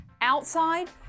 Outside